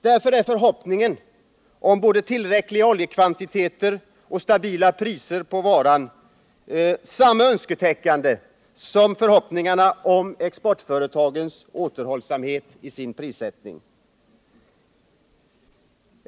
Därför är förhoppningar om både tillräckliga oljekvantiteter och stabila priser på varan samma önsketänkande som förhoppningarna om exportföretagens återhållsamhet i sin prissättning.